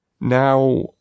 Now